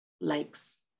likes